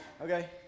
okay